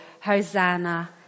Hosanna